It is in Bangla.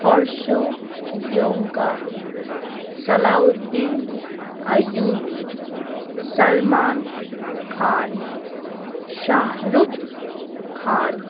Harsh Goenka Salahuddin Ayyubi Salman Khan Shahrukh Khan